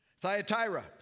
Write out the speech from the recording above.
Thyatira